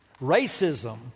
Racism